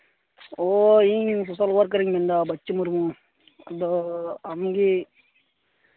ᱚ ᱤᱧ ᱥᱳᱥᱟᱞ ᱳᱣᱟᱨᱠᱟᱨᱤᱧ ᱢᱮᱱᱫᱟ ᱵᱟᱹᱪᱪᱩ ᱢᱩᱨᱢᱩ ᱟᱫᱚ ᱟᱢᱜᱮ